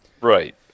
right